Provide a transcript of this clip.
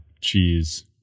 cheese